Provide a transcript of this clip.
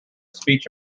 speech